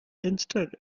instead